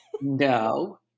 No